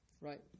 Right